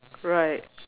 right